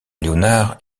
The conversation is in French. léonard